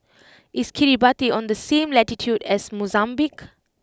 is Kiribati on the same latitude as Mozambique